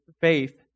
faith